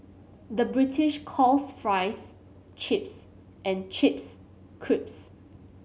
the British calls fries chips and chips crisps